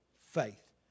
faith